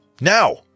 Now